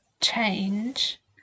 change